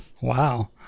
Wow